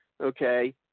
okay